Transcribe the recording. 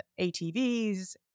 ATVs